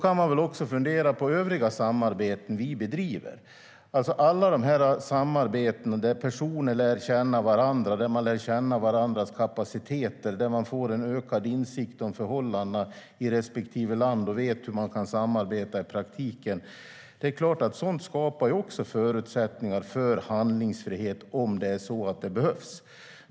Man kan också fundera på övriga samarbeten som vi bedriver. Det är klart att alla samarbeten där personer lär känna varandra, lär känna varandras kapaciteter, får ökad insikt om förhållandena i respektive land och vet hur man kan samarbeta i praktiken skapar förutsättningar för handlingsfrihet ifall det skulle behövas.